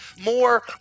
more